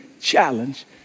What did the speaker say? challenge